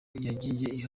yagiye